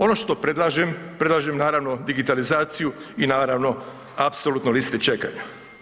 Ono što predlažem, predlažem naravno digitalizaciju i naravno apsolutno liste čekanja.